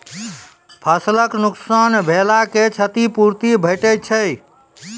फसलक नुकसान भेलाक क्षतिपूर्ति भेटैत छै?